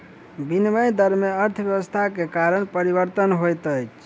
विनिमय दर में अर्थव्यवस्था के कारण परिवर्तन होइत अछि